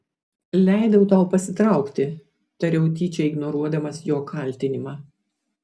leidau tau pasitraukti tariau tyčia ignoruodamas jo kaltinimą